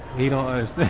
you don't use